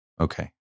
Okay